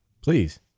please